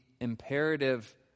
imperative